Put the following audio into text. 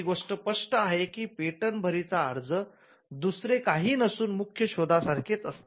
ही गोष्ट स्पष्ट आहे की पेटंट भरी चा अर्ज दुसरे काही नसून मुख्य शोधा सारखेच असते